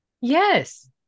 yes